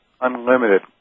unlimited